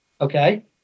okay